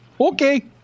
Okay